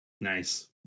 Nice